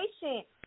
patient